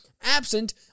absent